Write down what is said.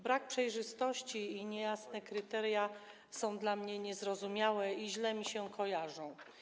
Brak przejrzystości i niejasne kryteria są dla mnie niezrozumiałe i źle mi się kojarzą.